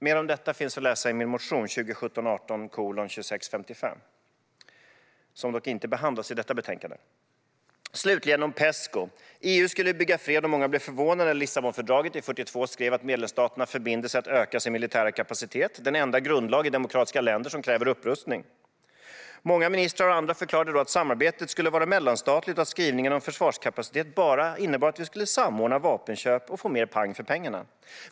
Mer om detta finns att läsa i min motion 2017/18:2655, som dock inte behandlas i detta betänkande. Slutligen vill jag nämna Pesco. EU skulle bygga fred, och många blev förvånade över Lissabonfördragets artikel 42.3, där det står att medlemsstaterna förbinder sig att öka sin militära kapacitet - den enda grundlag i demokratiska länder som kräver upprustning. Många ministrar och andra förklarade då att samarbetet skulle vara mellanstatligt och att skrivningen om försvarskapacitet bara innebar att vi skulle samordna vapenköp och få mer pang för pengarna.